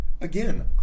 again